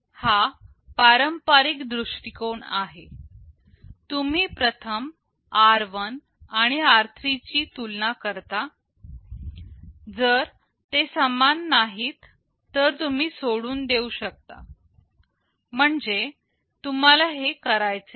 हा पारंपारिक दृष्टिकोण आहे तुम्ही प्रथम r1आणि r3 ची तुलना करता जर ते समान नाहीत तर तुम्ही सोडून देऊ शकता म्हणजे तुम्हाला हे करायचे नाही